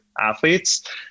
athletes